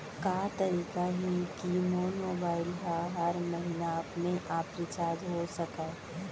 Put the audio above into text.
का तरीका हे कि मोर मोबाइल ह हर महीना अपने आप रिचार्ज हो सकय?